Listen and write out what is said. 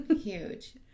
Huge